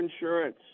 insurance